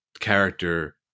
character